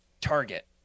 Target